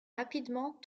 rapidement